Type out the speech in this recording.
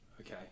Okay